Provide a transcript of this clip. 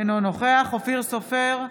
אינו נוכח אופיר סופר,